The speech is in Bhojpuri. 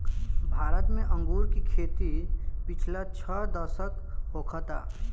भारत में अंगूर के खेती पिछला छह दशक होखता